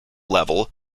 level